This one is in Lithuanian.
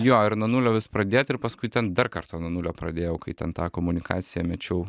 jo ir nuo nulio vis pradėt ir paskui ten dar kartą nuo nulio pradėjau kai ten tą komunikaciją mečiau